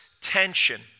tension